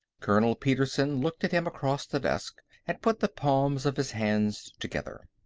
colonel petersen looked at him across the desk and put the palms of his hands together.